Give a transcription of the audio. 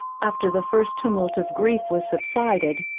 after the first tumult of grief was subsided,